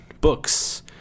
books